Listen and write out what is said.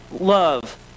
love